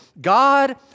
God